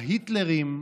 להיטלרים",